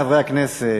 חברי חברי הכנסת,